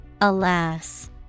alas